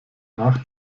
nach